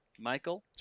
Michael